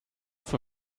für